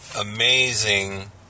amazing